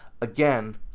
again